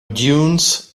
dunes